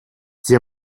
zia